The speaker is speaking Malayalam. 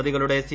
പ്രതികളുടെ സി